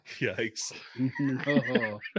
Yikes